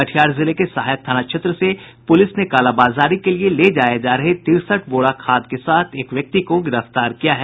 कटिहार जिले के सहायक थाना क्षेत्र से पुलिस ने कालाबाजारी के लिये ले जाये जा रहे तिरसठ बोरा खाद के साथ एक व्यक्ति को गिरफ्तार किया है